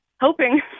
hoping